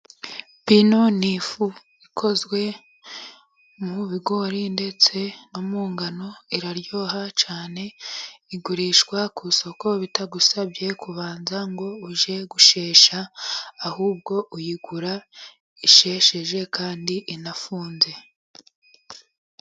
Bino ni ifu ikozwe mu bigori ndetse no mu ngano, iraryoha cyane, igurishwa ku isoko bitagusabye kubanza ngo ujye gushesha, ahubwo uyigura ishesheje kandi inafunze.